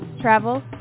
travel